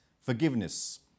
Forgiveness